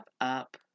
up